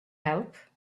help